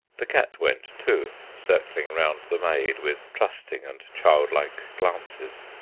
the cat went too, circling round the maid with trusting and childlike glances,